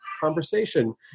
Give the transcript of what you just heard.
conversation